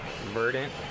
Verdant